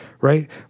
right